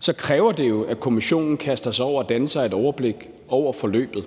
så kræver det jo, at kommissionen kaster sig over at danne sig et overblik over forløbet.